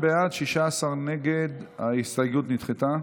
בעד, שלושה, נגד, 16. ההסתייגות נדחתה.